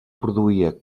produïa